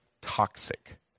toxic